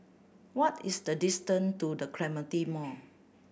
what is the distant to The Clementi Mall